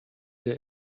der